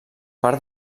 part